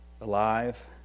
alive